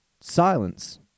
Silence